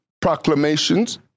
proclamations